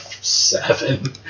seven